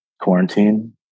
Quarantine